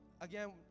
Again